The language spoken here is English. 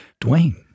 Dwayne